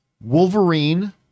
Wolverine